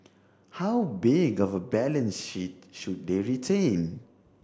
how big of a balance sheet should they retain